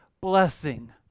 blessing